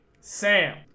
Sam